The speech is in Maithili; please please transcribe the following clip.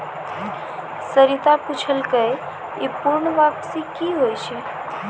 सरिता पुछलकै ई पूर्ण वापसी कि होय छै?